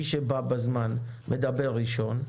מי שבא בזמן מדבר ראשון.